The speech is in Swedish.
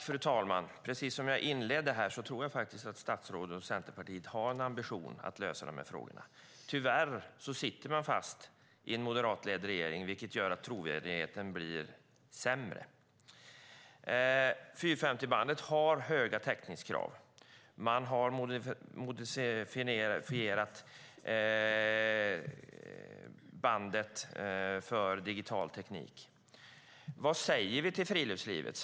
Fru talman! Som jag inledde med tror jag att statsrådet och Centerpartiet har en ambition att lösa de här frågorna. Tyvärr sitter de fast i en moderatledd regering, vilket gör att trovärdigheten blir sämre. 450-bandet har höga täckningskrav. Man har modifierat bandet för digital teknik. Men vad säger vi till en representant för friluftslivet?